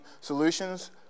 Solutions